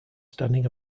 standing